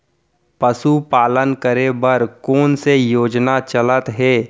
पशुपालन करे बर कोन से योजना चलत हे?